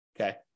okay